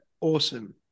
Awesome